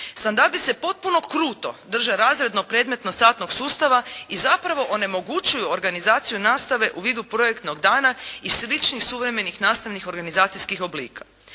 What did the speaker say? Standardi se potpuno kruto drže razredno predmetno-satnog sustava i zapravo onemogućuju organizaciju nastave u vidu projektnog dana i sličnih suvremenih nastavnih organizacijskih oblika.